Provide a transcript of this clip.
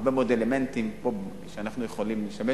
הרבה מאוד אלמנטים פה שאנחנו יכולים לשמש,